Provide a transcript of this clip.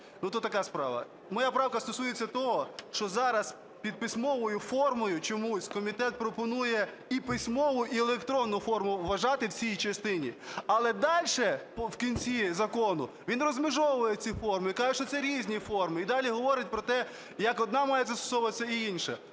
Моя правка стосується того, що зараз під письмовою формою чомусь комітет пропонує і письмову, і електронну форму вважати в цій частині, але дальше в кінці закону він розмежовує ці форми і каже, що це різні форми. І далі говорить про те, як одна має застосовуватися і інша.